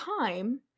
time